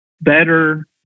better